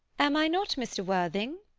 am i not, mr. worthing?